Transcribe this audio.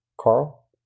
carl